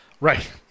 Right